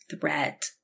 threat